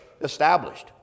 established